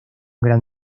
gran